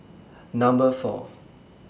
Number four